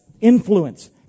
influence